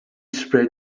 spread